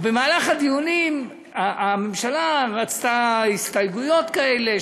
במהלך הדיונים הממשלה רצתה הסתייגויות כאלה,